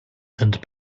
and